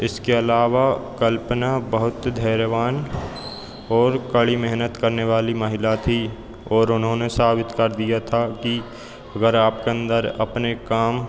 इसके अलावा कल्पना बहुत धैर्यवान और कड़ी मेहनत करने वाली महिला थी और उन्होंने साबित कर दिया था कि अगर आपके अंदर अपने काम